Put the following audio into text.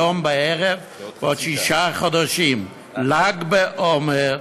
היום בערב בעוד שישה חודשים: ל"ג בעומר,